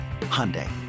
Hyundai